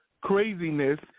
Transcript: craziness